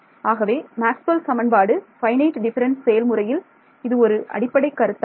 ஆகவே மேக்ஸ்வெல் சமன்பாடு finite difference செயல் முறையில் இது ஒரு அடிப்படை கருத்தாகும்